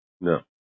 No